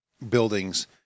Buildings